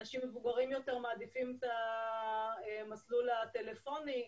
אנשים מבוגרים יותר מעדיפים את המסלול הטלפוני.